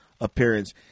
appearance